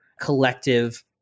collective